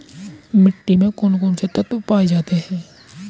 मिट्टी में कौन कौन से तत्व पाए जाते हैं?